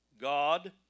God